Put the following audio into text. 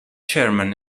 chairman